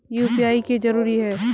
UPI की जरूरी है?